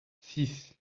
six